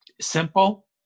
simple